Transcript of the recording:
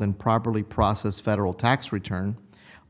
and properly process federal tax return